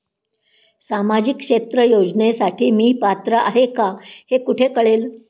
सामाजिक क्षेत्र योजनेसाठी मी पात्र आहे का हे कुठे कळेल?